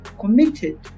committed